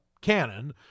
Cannon